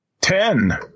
Ten